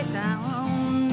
down